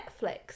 Netflix